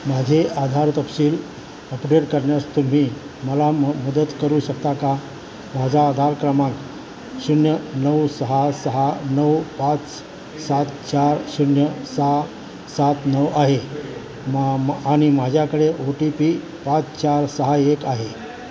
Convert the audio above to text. माझे आधार तपशील अपडेट करण्यास तुम्ही मला म मदत करू शकता का माझा आधार क्रमांक शून्य नऊ सहा सहा नऊ पाच सात चार शून्य सहा सात नऊ आहे मा मा आणि माझ्याकडे ओ टी पी पाच चार सहा एक आहे